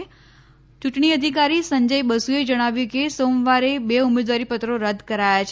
યૂંટણી અધિકારી સંજય બસુએ જણાવ્યું કે સોમવારે બે ઉમેદવારીપત્રો રદ કરાયા છે